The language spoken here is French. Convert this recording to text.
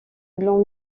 blanc